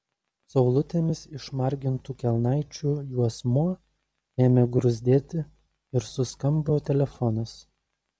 saulutėmis išmargintų kelnaičių juosmuo ėmė gruzdėti ir suskambo telefonas